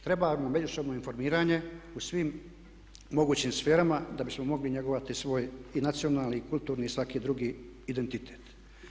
Trebamo međusobno informiranje u svim mogućim sferama da bismo mogli njegovati i svoj nacionalni i kulturni i svaki drugi identitet.